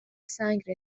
سنگ